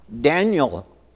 daniel